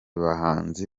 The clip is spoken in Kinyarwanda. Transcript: bahanzi